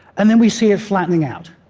and then we see it flattening out.